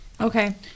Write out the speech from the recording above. Okay